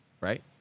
right